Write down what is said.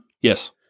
Yes